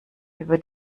über